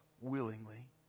willingly